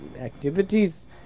activities